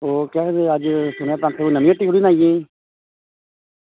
ओह् सुनेआं अग्गें नाइयै दी नमीं हट्टी खु'ल्ली दी